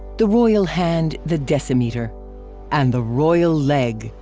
the royal hand the decimeter and the royal leg,